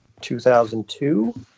2002